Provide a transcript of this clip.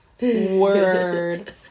Word